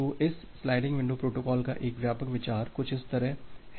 तो इस sliding window protocol का एक व्यापक विचार कुछ इस तरह है